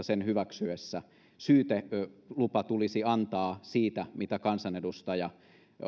sen hyväksyessä syytelupa tulisi antaa siitä mitä kansanedustaja